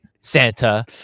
Santa